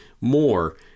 more